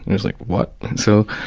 and was like, what? so.